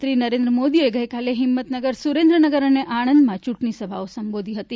પ્રધાનમંત્રી નરેન્દ્ર મોદીએ ગઈકાલે હિંમતનગર સુરેન્દ્રનગર અને આણંદમાં ચૂંટણીસભાઓ સંબોધી હતી